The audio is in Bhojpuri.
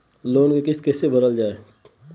लोन क किस्त कैसे भरल जाए?